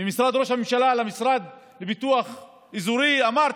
ממשרד ראש הממשלה למשרד לפיתוח אזורי, אמרתי: